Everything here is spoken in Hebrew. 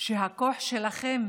שהכוח שלכם